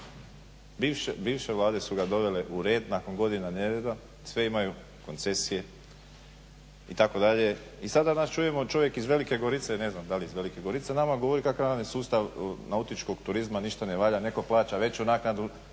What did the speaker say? bivše Vlade su ga dovele u red nakon godina nereda, sve imaju koncesije itd. I sada danas čujemo čovjek iz Velike Gorice, ne znam dal' iz Velike Gorice, nama govori kakav nam je sustav nautičkog turizma, ništa ne valja, netko plaća veću naknadu,